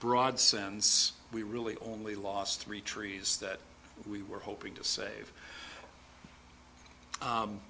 broad sense we really only lost three trees that we were hoping to save